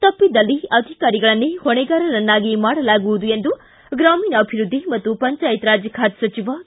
ತಪ್ಪಿದಲ್ಲಿ ಅಧಿಕಾರಿಗಳನ್ನೆ ಹೊಣೆಗಾರರನ್ನಾಗಿ ಮಾಡಲಾಗುವುದು ಎಂದು ಗ್ರಾಮೀಣಾಭಿವೃದ್ದಿ ಮತ್ತು ಪಂಚಾಯತ್ ರಾಜ್ ಇಲಾಖೆ ಸಚಿವ ಕೆ